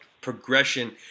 progression